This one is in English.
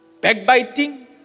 backbiting